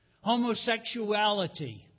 homosexuality